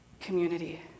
community